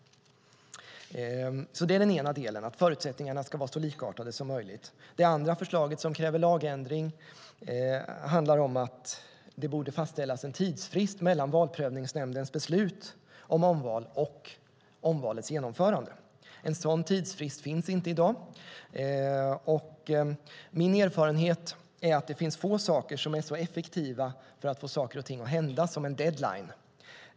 Det är den ena delen, att förutsättningarna ska vara så likartade som möjligt. Det andra förslaget som kräver lagändring handlar om att det borde fastställas en tidsfrist mellan Valprövningsnämndens beslut om omval och omvalets genomförande. En sådan tidsfrist finns inte i dag. Min erfarenhet är att det finns få saker som är så effektiva för att få saker och ting att hända som en deadline.